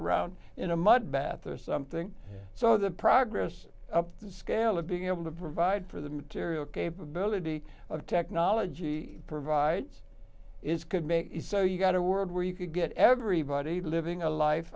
around in a mud bath or something so the progress up the scale of being able to provide for the material capability of technology provides is could make it so you got a world where you could get everybody living a life